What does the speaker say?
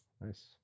Nice